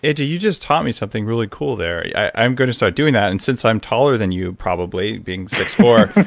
you you just taught me something really cool there. yeah i'm going to start doing that, and since i'm taller than you probably, being six, four,